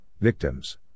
Victims